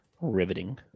Riveting